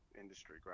Industry